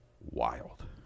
wild